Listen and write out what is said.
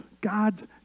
God's